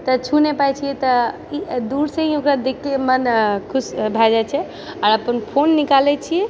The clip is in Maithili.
तऽ छू नहि पाइ छियै तऽ दूर से ही ओकरा देखके मन खुश भए जाइ छै आओर आब तऽ फोन निकालै छी